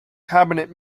cabinet